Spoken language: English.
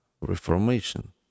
Reformation